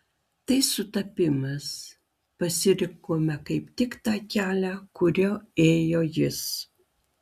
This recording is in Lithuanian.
tai sutapimas pasirinkome kaip tik tą kelią kuriuo ėjo jis